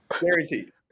Guaranteed